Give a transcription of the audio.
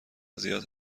زیاد